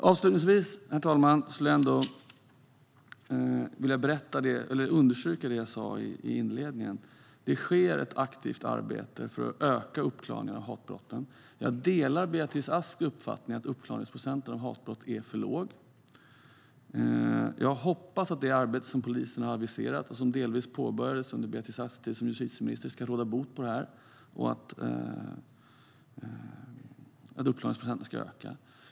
Avslutningsvis vill jag understryka det jag sa i inledningen. Det sker ett aktivt arbete för att öka uppklaringen av hatbrotten. Jag delar Beatrice Asks uppfattning att uppklaringsprocenten av hatbrott är för låg. Jag hoppas att det arbete som polisen har aviserat, och som delvis påbörjades under Beatrice Asks tid som justitieminister, ska råda bot på det och att uppklaringsprocenten ska öka.